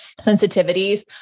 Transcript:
sensitivities